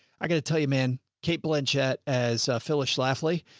i gotta tell you, man, kate blanchette as phyllis schlafly.